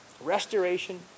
restoration